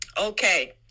Okay